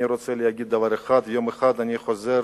אני רוצה להגיד דבר אחד: יום אחד אני חוזר,